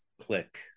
Click